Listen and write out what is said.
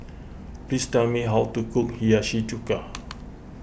please tell me how to cook Hiyashi Chuka